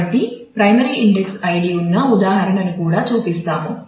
కాబట్టి primary index ID ఉన్న ఉదాహరణను ఇక్కడ చూపిస్తాము